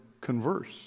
converse